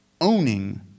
owning